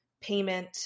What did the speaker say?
Payment